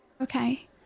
Okay